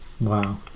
Wow